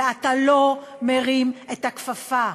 ואתה לא מרים את הכפפה.